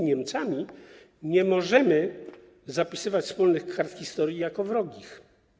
Niemcami nie możemy zapisywać wspólnych kart historii jako wrogich.